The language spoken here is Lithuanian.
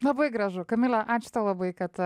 labai gražu kamile ačiū tau labai kad